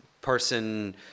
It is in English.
person